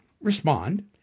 Respond